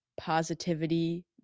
positivity